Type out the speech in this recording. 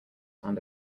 found